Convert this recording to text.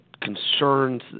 concerns